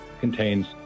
contains